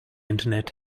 internet